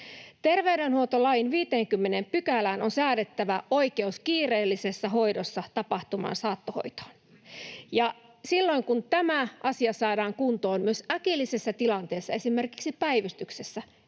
Terveydenhuoltolain 50 §:ään on säädettävä oikeus kiireellisessä hoidossa tapahtuvaan saattohoitoon. Ja silloin kun tämä asia saadaan kuntoon, myös äkillisessä tilanteessa, esimerkiksi päivystyksessä,